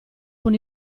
con